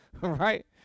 Right